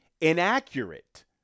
inaccurate